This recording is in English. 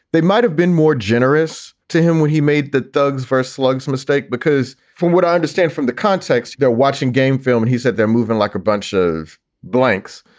they might have been more generous to him when he made that doug's first slugs mistake, because from what i understand from the context, they're watching game film. and he said they're moving like a bunch of blanks,